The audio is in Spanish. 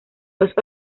los